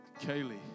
Kaylee